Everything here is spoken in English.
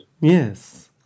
Yes